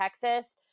Texas